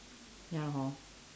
ya hor